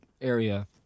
area